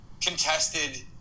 contested